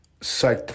Site